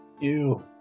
Ew